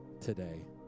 today